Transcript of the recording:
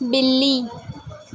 بلی